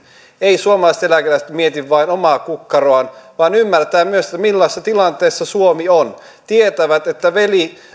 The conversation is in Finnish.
eivät suomalaiset eläkeläiset mieti vain omaa kukkaroaan vaan ymmärtävät myös millaisessa tilanteessa suomi on tietävät että